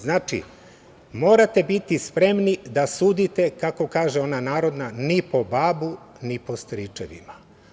Znači, morate biti spremni da sudite, kako kaže ona narodna – ni po babu, ni po stričevima.